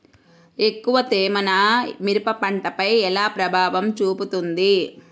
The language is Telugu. ఎక్కువ తేమ నా మిరప పంటపై ఎలా ప్రభావం చూపుతుంది?